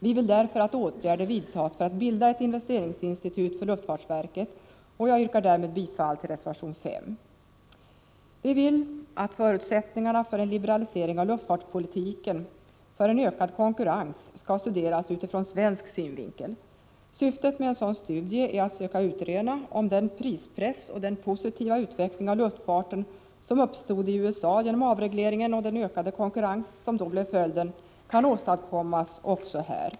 Vi vill därför att åtgärder vidtas för att bilda ett investeringsinstitut för luftfartsverket, och jag yrkar därmed bifall till reservation 5. Vi vill att förutsättningarna för en liberalisering av luftfartspolitiken och för en ökad konkurrens skall studeras ur svensk synvinkel. Syftet med en sådan studie är att söka utröna om den prispress och den positiva utveckling av luftfarten som uppstod i USA genom avregleringen och den ökade konkurrens som då blev följden kan åstadkommas också här.